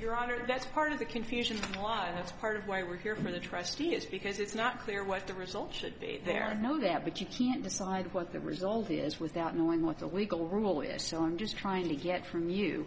your honor that's part of the confusion a lot and it's part of why we're here for the trustee is because it's not clear what the result should be there is no doubt but you can't decide what the result is without knowing what the legal rule is so i'm just trying to get from you